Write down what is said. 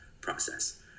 process